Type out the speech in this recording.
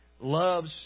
loves